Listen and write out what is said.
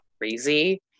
crazy